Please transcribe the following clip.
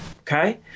okay